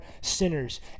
sinners